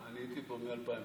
אני הייתי פה מ-2009.